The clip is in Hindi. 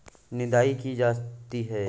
निदाई की जाती है?